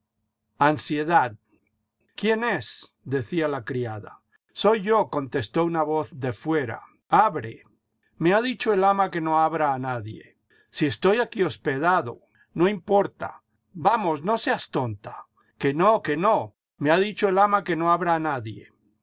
ansiedad quién es decía la criada soy yo contestó una voz de fuera abre me ha dicho el ama que no abra a nadie si estoy aquí hospedado no importa vamos no seas tonta que no que no me ha dicho el ama que no abra a nadie